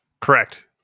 correct